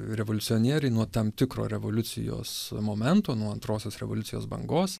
revoliucionieriai nuo tam tikro revoliucijos momento nuo antrosios revoliucijos bangos